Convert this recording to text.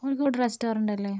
Kozhikode restaurant അല്ലെ